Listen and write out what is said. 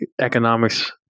economics